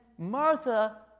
Martha